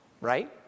right